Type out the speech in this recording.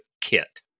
Kit